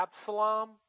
Absalom